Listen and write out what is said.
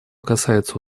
касается